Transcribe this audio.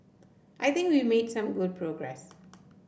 I think we made some good progress